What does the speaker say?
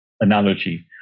analogy